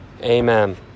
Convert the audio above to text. amen